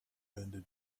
been